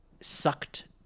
sucked